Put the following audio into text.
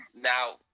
Now